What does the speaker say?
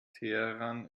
teheran